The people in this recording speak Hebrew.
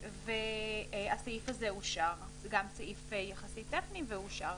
זה גם סעיף יחסית טכני והוא אושר.